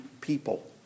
people